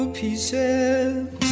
pieces